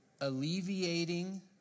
Alleviating